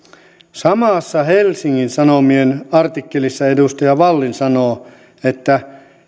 samassa helsingin sanomien artikkelissa edustaja wallin sanoo että